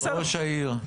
אדוני ראש העיר,